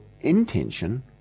intention